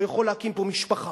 לא יכול להקים פה משפחה,